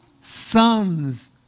sons